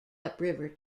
upriver